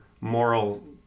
moral